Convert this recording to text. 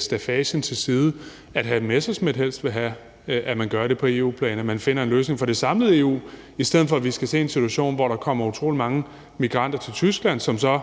staffagen til side, at hr. Morten Messerschmidt helst vil have, at man finder en løsning på EU-plan og for det samlede EU, i stedet for at vi skal se en situation, hvor der kommer utrolig mange migranter til Tyskland, som så